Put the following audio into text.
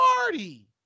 party